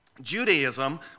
Judaism